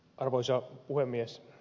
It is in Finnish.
arvoisa puhemies